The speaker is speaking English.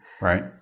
Right